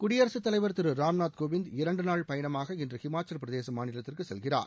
குடியரசுத் தலைவர் திரு ராம்நாத் கோவிந்த் இரண்டு நாள் பயணமாக இன்று ஹிமாச்சலப் பிரதேச மாநிலத்திற்கு செல்கிறார்